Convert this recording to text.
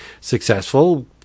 successful